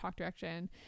talkdirection